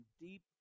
deep